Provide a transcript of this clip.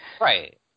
Right